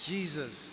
Jesus